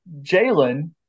Jalen